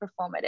performative